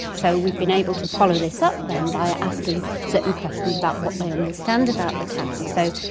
so we've been able to follow this up then by asking certain questions about what they understand about the task. so,